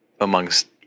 amongst